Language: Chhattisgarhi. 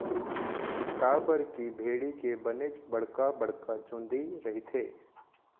काबर की भेड़ी के बनेच बड़का बड़का चुंदी रहिथे